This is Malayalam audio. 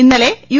ഇന്നലെ യു